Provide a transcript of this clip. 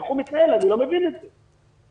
אני לא מבין את זה.